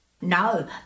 No